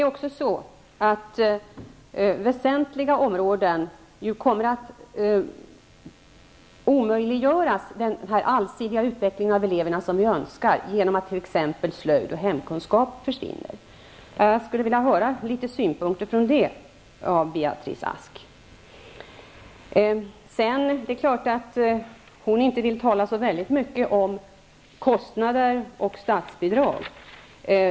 På väsentliga områden kommer den allsidiga utveckling av eleverna som vi önskar att omöjliggöras genom att t.ex. ämnena slöjd och hemkunskap försvinner. Jag skulle vilja höra litet synpunkter på det från Beatrice Ask. Det är klart att Beatrice Ask inte vill tala så mycket om kostnader och statsbidrag.